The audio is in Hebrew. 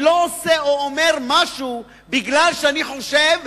אני לא עושה או אומר משהו בגלל שאני חושב,